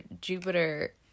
Jupiter